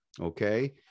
Okay